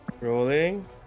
Rolling